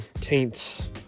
taints